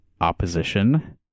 opposition